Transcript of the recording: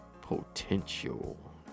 potential